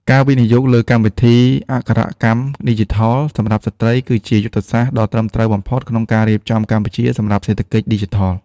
ការវិនិយោគលើកម្មវិធីអក្ខរកម្មឌីជីថលសម្រាប់ស្ត្រី គឺជាយុទ្ធសាស្ត្រដ៏ត្រឹមត្រូវបំផុតក្នុងការរៀបចំកម្ពុជាសម្រាប់សេដ្ឋកិច្ចឌីជីថល។